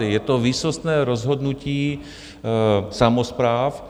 Je to výsostné rozhodnutí samospráv.